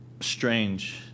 strange